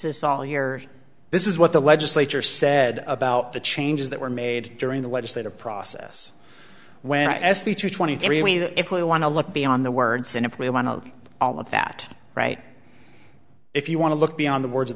is all your this is what the legislature said about the changes that were made during the legislative process when s b twenty three we that if we want to look beyond the words and if we want to all of that right if you want to look beyond the words